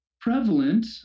prevalent